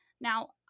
Now